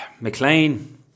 McLean